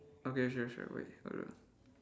okay sure sure wait hold on